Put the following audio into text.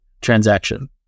transaction